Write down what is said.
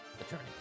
attorney